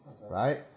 right